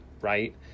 Right